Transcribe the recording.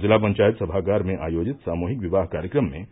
जिला पंचायत सभागार में आयोजित सामूहिक विवाह कार्यक्रम में